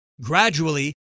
Gradually